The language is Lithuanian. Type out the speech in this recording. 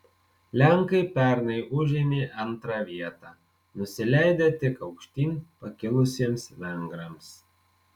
lenkai pernai užėmė antrą vietą nusileidę tik aukštyn pakilusiems vengrams